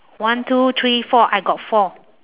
one two three four I got four